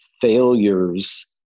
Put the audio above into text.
failures